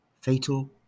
fatal